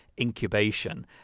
incubation